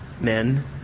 men